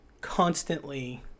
constantly